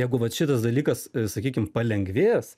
jeigu vat šitas dalykas sakykim palengvės